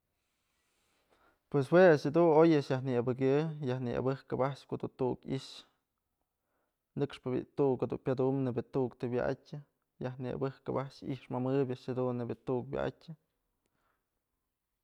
Pues jue a'ax jedun oy a'ax yaj nyabëkyë, yaj nyabëkëp a'ax ko'o du tu'uk i'ixë nëkxpë je'e bi'i tu'uk dun pyadumbë nebyë je'e tu'ukpë të wa'atyë yaj nyabëkëp a'ax i'ixmëmëb a'ax jedun nebyë je'e tu'ukpë wa'atyë.